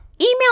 Email